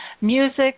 music